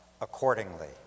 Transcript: accordingly